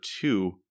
two